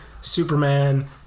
Superman